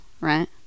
right